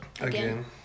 Again